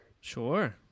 Sure